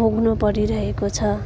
भोग्नु परिरहेको छ